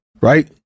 right